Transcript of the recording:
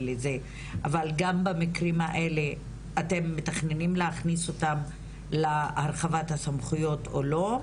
אבל גם במקרים האלה אתם מתכננים להכניס אותן להרחבת הסמכויות או לא?